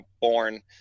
born